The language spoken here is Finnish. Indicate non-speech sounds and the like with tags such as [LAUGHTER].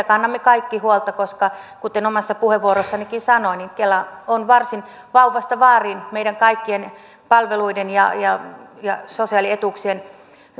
[UNINTELLIGIBLE] kannamme kaikki huolta koska kuten omassa puheenvuorossanikin sanoin kela on varsin vauvasta vaariin meidän kaikkien palveluiden ja ja sosiaalietuuksien